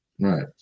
Right